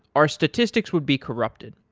our statistic could be corrupted.